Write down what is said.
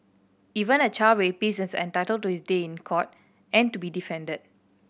even a child rapist is entitled to his day in court and to be defended